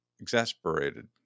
exasperated